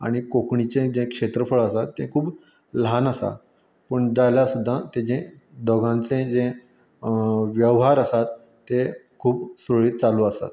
आनी कोंकणीचें जें क्षेत्रफळ आसा तें खूब ल्हान आसा पूण जाल्यार सुद्दां तेजें दोगांचेंय जें व्हेव्हार आसात तें खूब सुरळीत चालू आसात